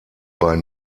bei